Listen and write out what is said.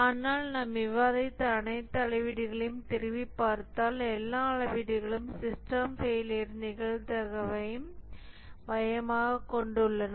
ஆனால் நாம் விவாதித்த அனைத்து அளவீடுகளையும் திரும்பிப் பார்த்தால் எல்லா அளவீடுகளும் சிஸ்டம் ஃபெயிலியரின் நிகழ்தகவை மையமாகக் கொண்டுள்ளன